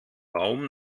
baum